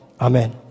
Amen